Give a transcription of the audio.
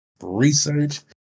research